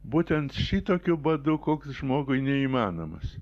būtent šitokiu badu koks žmogui neįmanomas